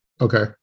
Okay